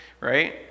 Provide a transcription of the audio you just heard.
right